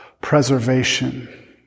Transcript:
preservation